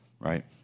Right